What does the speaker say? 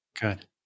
Good